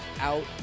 out